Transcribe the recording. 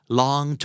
long